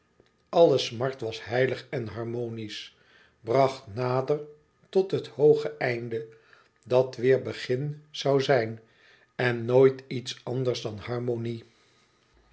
alle smart was heilig en harmonisch bracht nader tot het hooge einde dat weêr begin zoû zijn en nooit iets anders dan harmonie